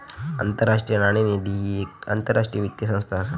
आंतरराष्ट्रीय नाणेनिधी ही येक आंतरराष्ट्रीय वित्तीय संस्था असा